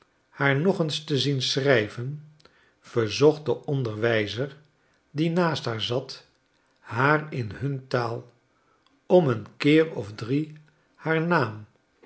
haar nog eens te zien schrijven verzocht de onderwijzer die naast haar zat haar in hun taal om een keer of drie haar naam